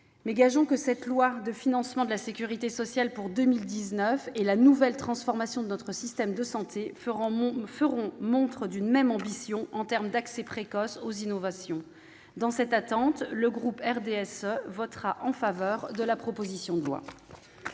Gageons que la loi de financement de la sécurité sociale pour 2019 et la nouvelle transformation de notre système de santé feront montre d'une même ambition en termes d'accès précoce aux innovations ! Dans cette attente, le groupe du RDSE votera en faveur de la proposition de loi.